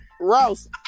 Rouse